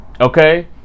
okay